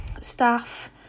staff